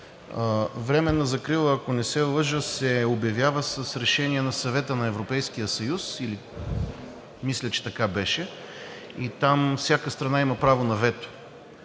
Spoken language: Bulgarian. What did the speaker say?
Временна закрила, ако не се лъжа, се обявява с решение на Съвета на Европейския съюз, мисля, че така беше и там всяка страна има право на вето.